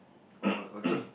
oh okay